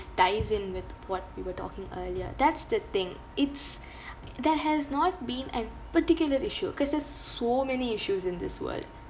just dives in with what we were talking earlier that's the thing it's there has not been a particular issue cause there's so many issues in this world